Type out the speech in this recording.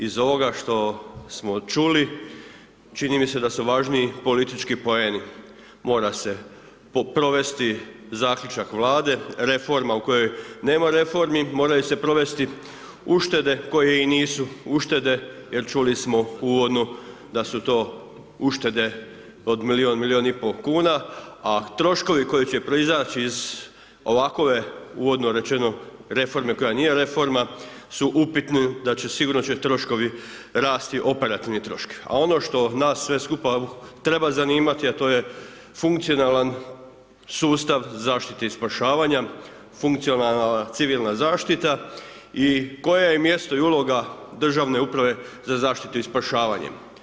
Iz ovoga što smo čuli, čini mi se da su važniji politički poeni, mora se provesti zaključak Vlade, reforma u kojoj nema reformi, moraju se provesti uštede koje i nisu uštede jer čuli smo uvodno da su to uštede od milijun, milijun i pol kuna, a troškovi koji će proizaći iz ovakve uvodno rečeno, reforme koja nije reforma su upitni da će sigurno troškovi rasti, ... a ono što nas sve skupa treba zanimati a to je funkcionalan sustav zaštite i spašavanja, funkcionalna civilna zaštita i koje je mjesto i uloga Državne uprave za zaštitu i spašavanje.